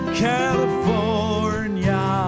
california